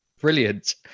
Brilliant